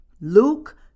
Luke